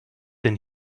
denn